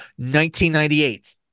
1998